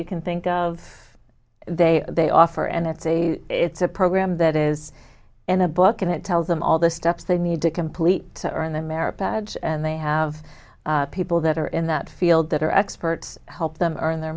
you can think of they they offer and that's a it's a program that is in the book and it tells them all the steps they need to complete and then merit badge and they have people that are in that field that are experts to help them are in their